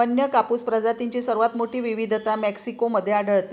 वन्य कापूस प्रजातींची सर्वात मोठी विविधता मेक्सिको मध्ये आढळते